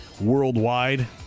worldwide